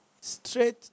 straight